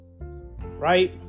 Right